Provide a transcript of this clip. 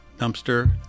dumpster